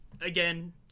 again